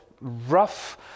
rough